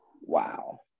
Wow